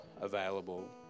available